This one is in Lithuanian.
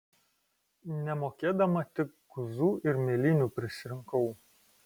nemokėdama tik guzų ir mėlynių prisirinkau